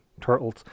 turtles